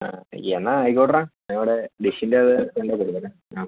ആ എന്നാൽ ആയിക്കോട്ടെ എടാ ഞാൻ ഇവിടെ ഡിഷിൻ്റെ അത് കൊണ്ട് കൊടുക്കട്ടെ ആ